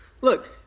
Look